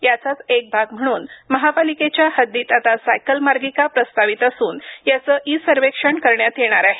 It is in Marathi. याचाच एक भाग म्हणून महापालिकेच्या हद्दीत आता सायकल मार्गिका प्रस्तावित असून याचे ई सर्वेक्षण करण्यात येणार आहे